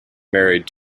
married